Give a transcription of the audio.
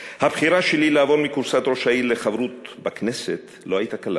הבחירה שלי לעבור מכורסת ראש העיר לחברות בכנסת לא הייתה קלה.